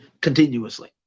continuously